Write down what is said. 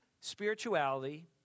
spirituality